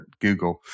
Google